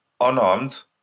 unarmed